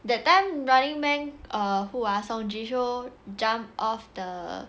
that time running man uh who ah song jihyo jumped off the